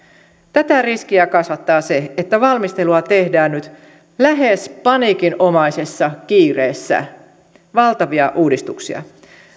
tätä riskiä kasvattaa se että valmistelua tehdään nyt lähes paniikinomaisessa kiireessä valtavia uudistuksia